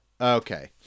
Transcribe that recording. Okay